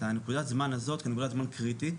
נקודת הזמן הזאת כנקודת זמן קריטית.